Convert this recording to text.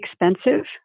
expensive